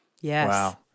Yes